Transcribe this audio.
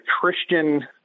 Christian